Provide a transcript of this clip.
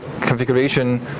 configuration